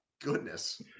goodness